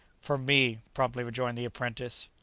from me, promptly rejoined the apprentice.